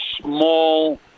small